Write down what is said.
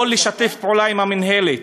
לא לשתף פעולה עם המינהלת.